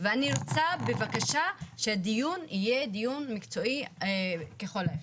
ואני רוצה בבקשה שהדיון יהיה דיון מקצועי ככל האפשר.